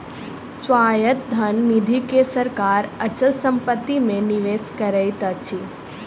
स्वायत्त धन निधि के सरकार अचल संपत्ति मे निवेश करैत अछि